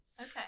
Okay